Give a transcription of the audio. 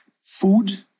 food